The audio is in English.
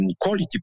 quality